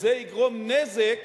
וזה יגרום נזק